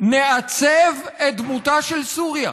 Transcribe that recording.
אנחנו נעצב את דמותה של סוריה.